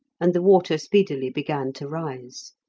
and the water speedily began to rise.